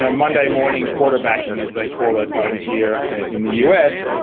ah monday morning quarterbacking, as they call it ah over here in the us,